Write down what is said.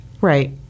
Right